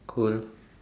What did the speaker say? cool